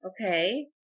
okay